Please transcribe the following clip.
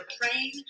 praying